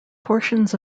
portions